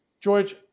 George